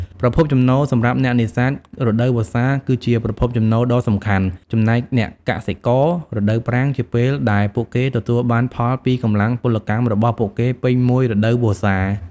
ប្រភពចំណូល សម្រាប់អ្នកនេសាទ រដូវវស្សាគឺជាប្រភពចំណូលដ៏សំខាន់ ចំណែកអ្នកកសិករ រដូវប្រាំងជាពេលដែលពួកគេទទួលបានផលពីកម្លាំងពលកម្មរបស់ពួកគេពេញមួយរដូវវស្សា។